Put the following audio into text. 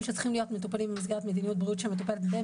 שצריכים להיות מטופלים במסגרת מדיניות בריאות שמטופלת במסגרת.